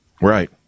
Right